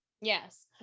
yes